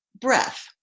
Breath